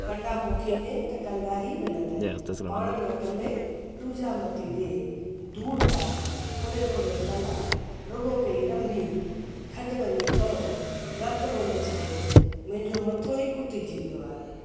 कंडा पोखींदे त कंडा ई मिलंदे पाण न पले ॾुजा मथी दे धुड़ पाए फुड़े फुड़े तल आ रुगो पए नंबी खडु वञी पओ रत रोले छॾियो तई मुंहिंजो मथो ई कुटिजी वियो आहे